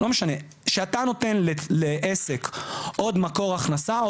וכשנותנים לעסק עוד מקור הכנסה,